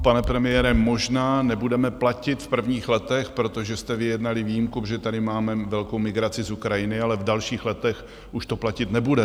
Pane premiére, možná nebudeme platit v prvních letech, protože jste vyjednali výjimku, protože tady máme velkou migraci z Ukrajiny, ale v dalších letech už to platit nebude.